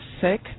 sick